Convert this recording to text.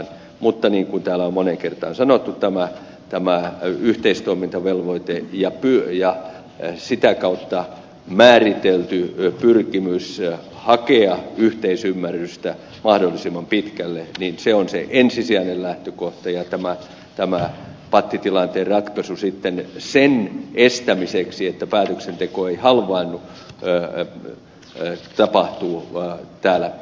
mutta niin kuin täällä on moneen kertaan sanottu tämä yhteistoimintavelvoite ja sitä kautta määritelty pyrkimys hakea yhteisymmärrystä mahdollisimman pitkälle on se ensisijainen lähtökohta ja tämä pattitilanteen ratkaisu sen estämiseksi että päätöksenteko halvaantuisi tapahtuu täällä eduskunnassa